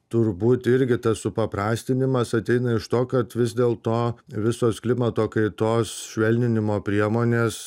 turbūt irgi tas supaprastinimas ateina iš to kad vis dėlto visos klimato kaitos švelninimo priemonės